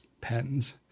pens